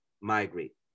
migrate